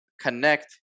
connect